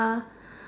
ya